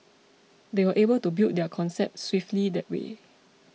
they were able to build their concept swiftly that way